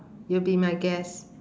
you'll be my guest